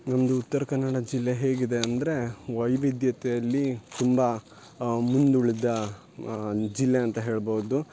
ನಮ್ಮದು ಉತ್ತರ ಕನ್ನಡ ಜಿಲ್ಲೆ ಹೇಗಿದೆ ಅಂದರೆ ವೈವಿಧ್ಯತೆಯಲ್ಲಿ ತುಂಬ ಮುಂದೆ ಉಳ್ದ ಜಿಲ್ಲೆ ಅಂತ ಹೇಳ್ಬೋದು